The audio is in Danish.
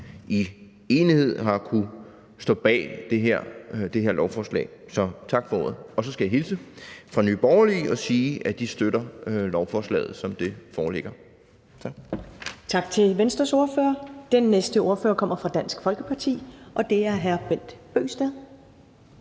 i enighed har kunnet stå bag det her lovforslag. Tak for ordet. Og så skal jeg hilse fra Nye Borgerlige og sige, at de støtter lovforslaget, som det foreligger. Tak.